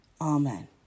Amen